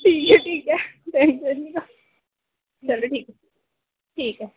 ठीक ऐ ठीक ऐ चलो ठीक ऐ ठीक